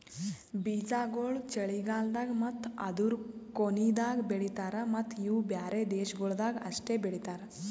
ಬೀಜಾಗೋಳ್ ಚಳಿಗಾಲ್ದಾಗ್ ಮತ್ತ ಅದೂರು ಕೊನಿದಾಗ್ ಬೆಳಿತಾರ್ ಮತ್ತ ಇವು ಬ್ಯಾರೆ ದೇಶಗೊಳ್ದಾಗ್ ಅಷ್ಟೆ ಬೆಳಿತಾರ್